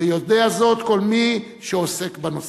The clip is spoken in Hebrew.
ויודע זאת כל מי שעוסק בנושא.